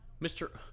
mr